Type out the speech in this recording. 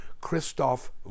Christoph